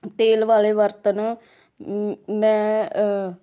ਤੇਲ ਵਾਲੇ ਬਰਤਨ ਮੈਂ